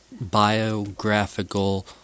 biographical